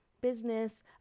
business